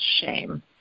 shame